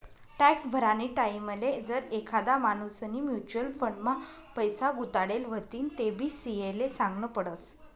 tax भरानी टाईमले जर एखादा माणूसनी म्युच्युअल फंड मा पैसा गुताडेल व्हतीन तेबी सी.ए ले सागनं पडस